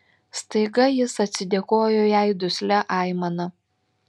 staiga jis atsidėkojo jai duslia aimana